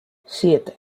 siete